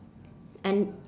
and